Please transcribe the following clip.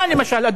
אדוני.